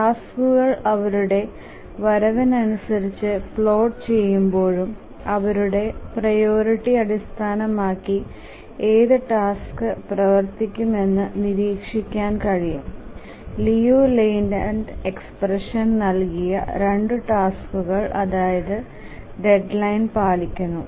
ടാസ്ക്കുകൾ അവരുടെ വരവിനനുസരിച്ച് പ്ലോട്ട് ചെയ്യുമ്പോഴും അവരുടെ പ്രിയോറിറ്റി അടിസ്ഥാനമാക്കി ഏത് ടാസ്ക് പ്രവർത്തിപ്പിക്കുമെന്നും നിരീക്ഷിക്കാൻ കഴിയും ലിയു ലെയ്ലാൻഡ് എക്സ്പ്രഷൻ നൽകിയ രണ്ട് ടാസ്കുകളും അതാത് ഡെഡ്ലൈൻ പാലിക്കുന്നു